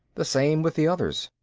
the same with the others.